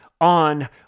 on